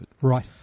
right